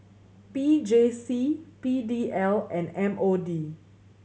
P J C P D L and M O D